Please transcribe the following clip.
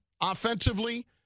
offensively